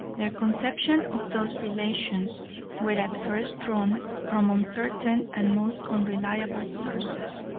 their conception of those relations were at first drawn from uncertain and most unreliable sources,